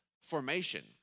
formation